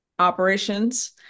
operations